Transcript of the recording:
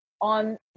on